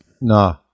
No